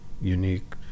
unique